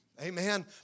Amen